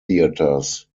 theatres